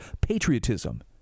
patriotism